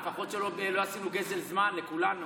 לפחות שלא עשינו גזל זמן לכולנו.